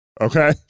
Okay